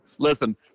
Listen